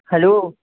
hello